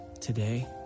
Today